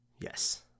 yes